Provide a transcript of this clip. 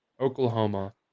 Oklahoma